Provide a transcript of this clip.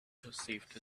perceived